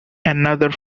another